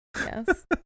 yes